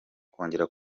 akongera